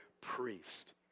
priest